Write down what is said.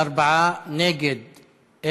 ההצעה להעביר את הצעת חוק לתיקון פקודת העיריות (עידוד נשים בעסקים),